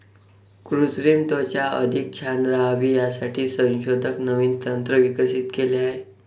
कृत्रिम त्वचा अधिक छान राहावी यासाठी संशोधक नवीन तंत्र विकसित केले आहे